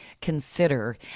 consider